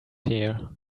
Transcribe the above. here